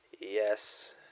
Yes